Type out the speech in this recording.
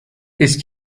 ist